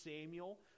Samuel